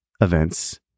events